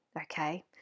okay